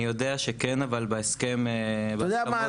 אני יודע שכן בהסכם --- אתה יודע מה,